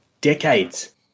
decades